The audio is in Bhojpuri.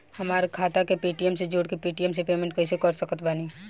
हमार खाता के पेटीएम से जोड़ के पेटीएम से पेमेंट कइसे कर सकत बानी?